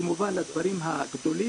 כמובן הדברים הגדולים,